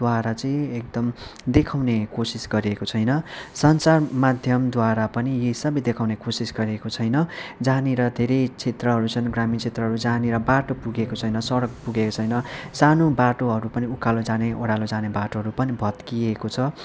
द्वारा चाहिँ एकदम देखाउने कोसिस गरिएको छैन सञ्चार माध्यमद्वारा पनि यी सबै देखाउने कोसिस गरिएको छैन जहाँनिर धेरै क्षेत्रहरू छन् ग्रामीण क्षेत्रहरू जहाँनिर बाटो पुगेको छैन सडक पुगेको छैन सानो बाटोहरू पनि उकालो जाने ओह्रालो जाने बाटोहरू पनि भत्किएको छ